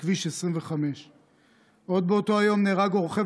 בכביש 25. עוד באותו היום נהרג רוכב